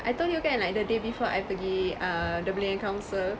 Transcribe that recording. I told you kan like the day before I pergi err the malayan council